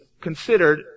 considered